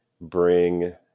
bring